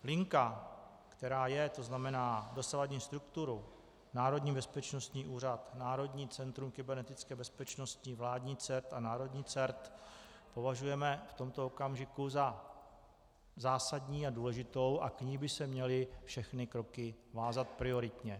Linka, která je to znamená dosavadní strukturu, Národní bezpečnostní úřad, Národní centrum kybernetické bezpečnosti, vládní CERT a národní CERT , považujeme v tomto okamžiku za zásadní a důležitou a k ní by se měly všechny kroky vázat prioritně.